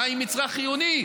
מים מצרך חיוני,